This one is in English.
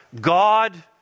God